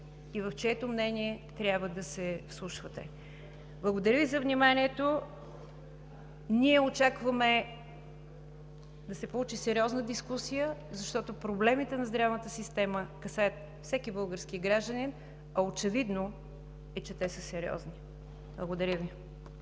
и в чието мнение трябва да се вслушвате. Благодаря Ви за вниманието. Ние очакваме да се получи сериозна дискусия, защото проблемите на здравната система касаят всеки български гражданин, а очевидно е, че те са сериозни. Благодаря Ви.